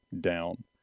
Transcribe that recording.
down